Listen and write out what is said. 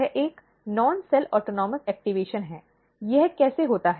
यह एक non cell autonomous सक्रियण है यह कैसे होता है